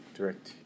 Direct